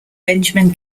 benjamin